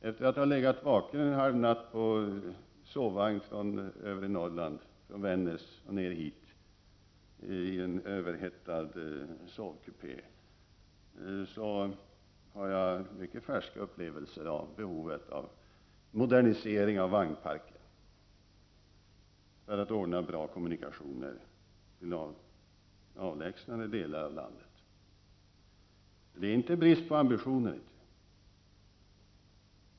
Efter att ha legat vaken en halv natt i sovvagn från övre Norrland, från Vännäs, och ner hit i en överhettad sovkupé har jag mycket färska upplevelser av behovet av modernisering av vagnparken för att ordna bra kommunikationer till avlägsnare delar av landet. Det råder inte någon brist på ambitioner.